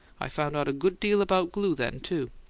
i found out a good deal about glue then, too.